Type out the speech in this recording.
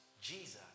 Jesus